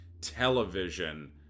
television